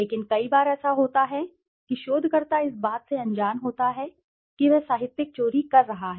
लेकिन कई बार ऐसा होता है कि शोधकर्ता इस बात से अनजान होता है कि वह साहित्यिक चोरी कर रहा है